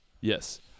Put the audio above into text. Yes